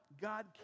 God